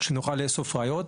ושנוכל לאסוף ראיות.